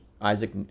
Isaac